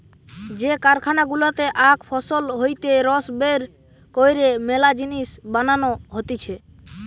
যে কারখানা গুলাতে আখ ফসল হইতে রস বের কইরে মেলা জিনিস বানানো হতিছে